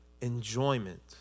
enjoyment